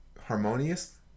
harmonious